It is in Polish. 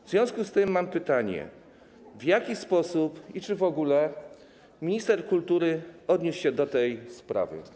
W związku z tym mam pytanie: W jaki sposób i czy w ogóle minister kultury odniósł się do tej sprawy?